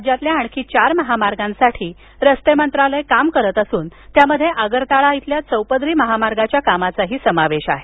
राज्यातील आणखी चार महामार्गांसाठी रस्ते मंत्रालय काम करित असून त्यामध्ये आगरताळा इथल्या चौपदरी महामार्गाच्या कामाचाही समावेश आहे